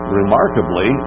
remarkably